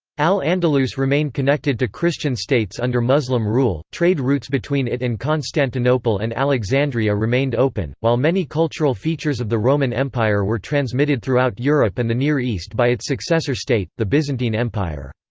al-andalus remained connected connected to christian states under muslim rule trade routes between it and constantinople and alexandria remained open, while many cultural features of the roman empire were transmitted throughout europe and the near east by its successor state, the byzantine empire.